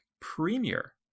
Premier